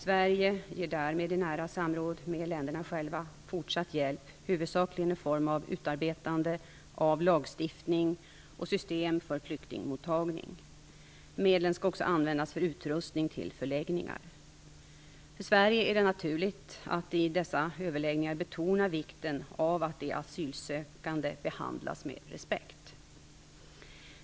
Sverige ger därmed i nära samråd med länderna själva fortsatt hjälp, huvudsakligen i form av utarbetande av lagstiftning och system för flyktingmottagning. Medlen skall också användas för utrustning till förläggningar. För Sverige är det naturligt att i dessa överläggningar betona vikten av att de asylsökande behandlas med respekt.